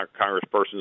congresspersons